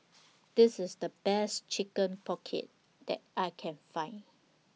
This IS The Best Chicken Pocket that I Can Find